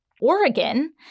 Oregon